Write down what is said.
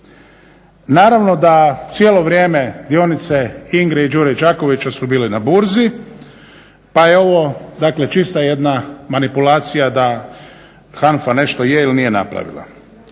Naravno da cijelo vrijeme dionice Ingre i Đure Đakovića su bile na burzi, pa je ovo dakle čista jedna manipulacija da HANFA nešto je ili nije napravila.